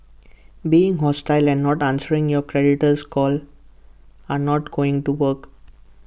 being hostile and not answering your creditor's call are not going to work